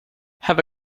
have